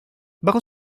bajo